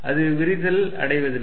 அது விரிதல் அடைவதில்லை